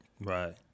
Right